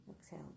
Exhale